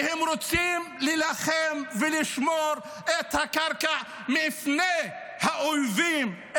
והם רוצים להילחם ולשמור על הקרקע מפני האויבים,